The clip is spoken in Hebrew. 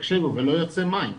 תקשיבו ולא יוצא מים,